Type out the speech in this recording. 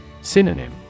Synonym